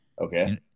okay